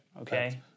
Okay